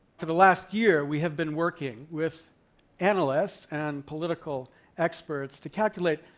for the last year, we have been working with analysts and political experts to calculate,